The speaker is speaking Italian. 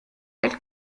del